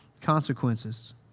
consequences